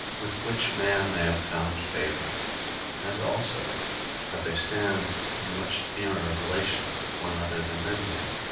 with which man they have found favor as also that they stand in much nearer relations with one another than men do,